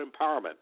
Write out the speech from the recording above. empowerment